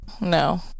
no